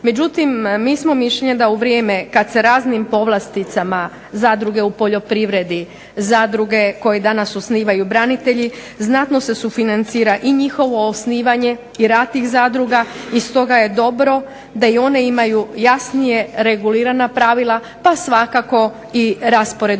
Međutim, mi smo mišljenja da u vrijeme kad se raznim povlasticama zadruge u poljoprivredi, zadruge koje danas osnivaju branitelji znatno se sufinancira i njihovo osnivanje i rad tih zadruga. I stoga je dobro da i one imaju jasnije regulirana pravila pa svakako i raspored dobiti.